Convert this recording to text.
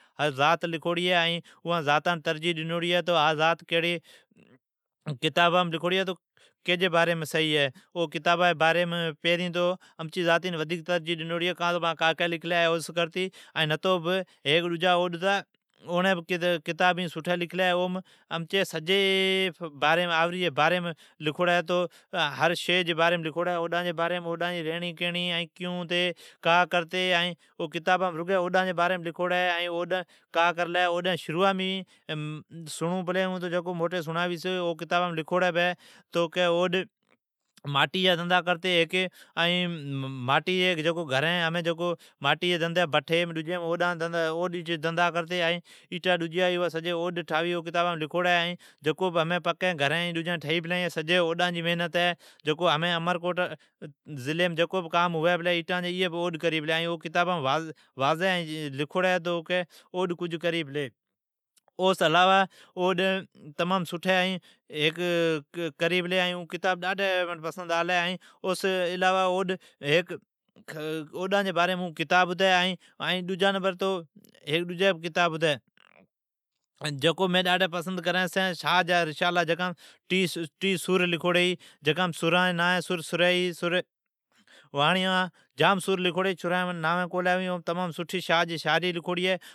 ھر زات لکھوڑی ھی ائین ترجیھ ڈنو ڑی ہے۔ او کتابام ودھیک امچی زاتین ترجیھ ڈنوڑی کان تو مانجی کاکی لکھلی ہے۔ ھیک ڈجا بھی"اوڈ ھتا"اوڑین بھی لکھلی۔ امچی سجی آھوری جی باریم لکھڑی ہے۔ تو سجی اوڈان جی باریم، اوان جی رھڑین کھڑی، کا کرتی سبھ لکھوڑی ہے۔ موٹی سراوین چھی ائین ای کتابام بھی لکھوڑی ہے کی"اوڈ ماٹی جا دھندھا کرتی، بٹھام ایٹا ڈجیا کاڈھتی، پکیا کوٹیا ٹھیئی پلیا، ائین امرکوٹا جی جکو بھی کام ھوی پلی ایٹان جی این سبھ اوڈ کری چھی"کتابام واضع طرح لکھوڑی ہے۔ او کتابام لکھوڑی ہے کہ اوڈ کافی کام کری پلی، ائین کتاب منین ڈادھی پسند آلی۔ ائین ھیک ڈجی بھی کتاب ہے جکو منین پسند ہے"شاھ جو رسالو"جکام ٹیھ سر لکھڑی ھی جکام سران جین ناوین ھی"سر سرئی"،"سر واڑیان"جام سر لکھوڑی ھی سران جین منی ناوین کولین آوی ائین سٹھی شاھ جی شاعری لکھوڑی ہے اوا امین پڑھون چھون۔